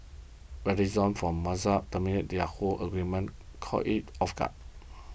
Verizon from Mozilla terminating the Yahoo agreement caught it off guard